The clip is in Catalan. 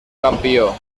campió